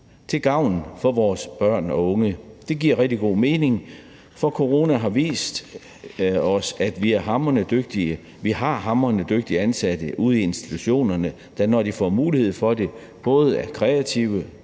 til gavn for vores børn og unge. Det giver rigtig god mening, for corona har vist os, at vi har hamrende dygtige ansatte ude i institutionerne, der, når de får mulighed for det, både er kreative,